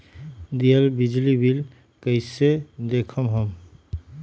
दियल बिजली बिल कइसे देखम हम?